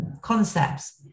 concepts